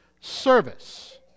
service